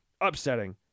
Upsetting